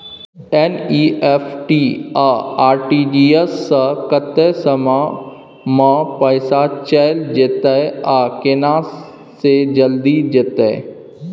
NEFT आ RTGS स कत्ते समय म पैसा चैल जेतै आ केना से जल्दी जेतै?